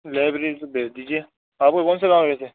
library से भेज दीजिए आपको